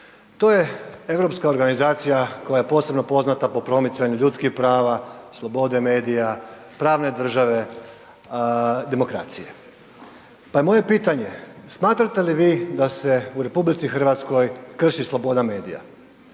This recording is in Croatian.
to je europska organizacija koja je posebno poznata po promicanju ljudskih prava, slobode medija, pravne države, demokracije. Pa je moje pitanje, smatrate li vi da se u RH krši sloboda medija?